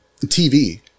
TV